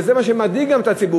וזה מה שמדאיג גם את הציבור.